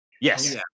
Yes